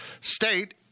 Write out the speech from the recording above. state